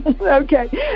okay